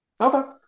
Okay